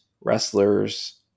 wrestlers